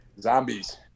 Zombies